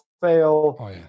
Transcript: fail